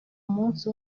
munsi